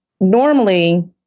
normally